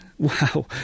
wow